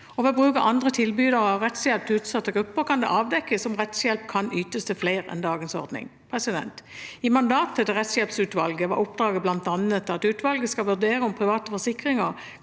Ved bruk av andre tilbydere av rettshjelp til utsatte grupper kan det avdekkes om rettshjelp kan ytes til flere enn etter dagens ordning. I mandatet til rettshjelpsutvalget var oppdraget bl.a. følgende: «Utvalget skal vurdere om private forsikringer